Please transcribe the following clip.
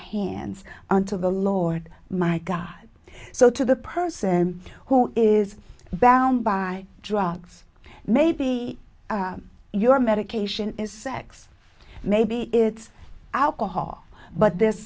hands on to the lord my god so to the person who is bound by drugs maybe your medication is sex maybe it's alcohol but there's